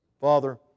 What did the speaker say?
Father